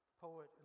poet